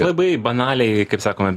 labai banaliai kaip sakoma